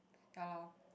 ya lor